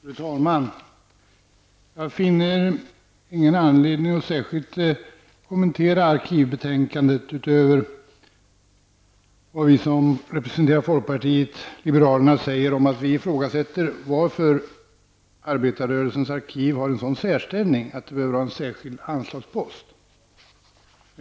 Fru talman! Jag finner ingen anledning att särskilt kommentera arkivbetänkandet utöver vad vi som representerar folkpartiet liberalerna säger om att vi ifrågasätter att Arbetarrörelsens arkiv har en sådan särställning att det behöver ha en särskild anslagspost.